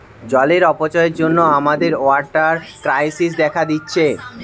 জলের অপচয়ের জন্যে আমাদের ওয়াটার ক্রাইসিস দেখা দিচ্ছে